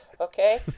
Okay